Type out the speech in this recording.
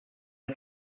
der